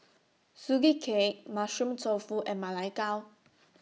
Sugee Cake Mushroom Tofu and Ma Lai Gao